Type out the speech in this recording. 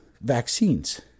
vaccines